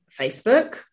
Facebook